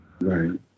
right